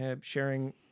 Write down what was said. sharing